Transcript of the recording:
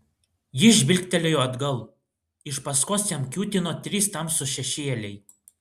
jis žvilgtelėjo atgal iš paskos jam kiūtino trys tamsūs šešėliai